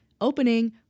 opening